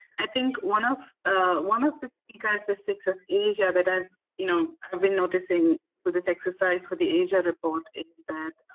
i think one of one of the key characteristics of asia that i've you know i've been noticing for this exercise for the asia report is that